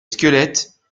squelettes